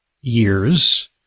years